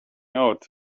out